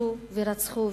שאנסו ורצחו ושדדו,